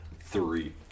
Three